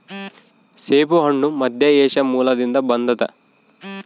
ಸೇಬುಹಣ್ಣು ಮಧ್ಯಏಷ್ಯಾ ಮೂಲದಿಂದ ಬಂದದ